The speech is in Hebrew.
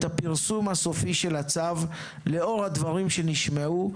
הפרסום הסופי של הצו לאור הדברים שנשמעו,